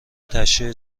تشییع